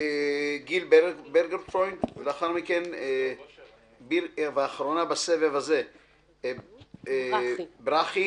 גיל ברגפרוינד ואחרונה בסבב הזה ברכי